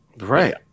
Right